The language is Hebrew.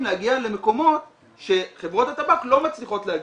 להגיע למקומות שחברות הטבק לא מצליחות להגיע.